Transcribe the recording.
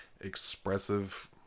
expressive